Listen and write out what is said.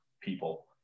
people